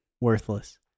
worthless